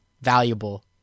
valuable